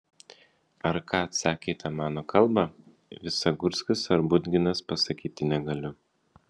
ar ką atsakė į tą mano kalbą visagurskis ir budginas pasakyti negaliu